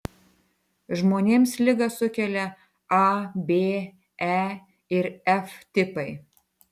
žmonėms ligą sukelia a b e ir f tipai